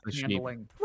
handling